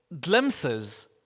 glimpses